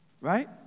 right